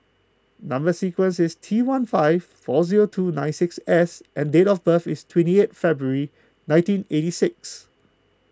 Number Sequence is T one five four zero two nine six S and date of birth is twenty eighth February nineteen eighty six